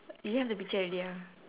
you have the picture already ah